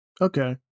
Okay